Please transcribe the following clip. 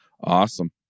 Awesome